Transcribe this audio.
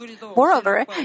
Moreover